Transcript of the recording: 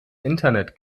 internet